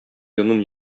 йонын